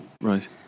Right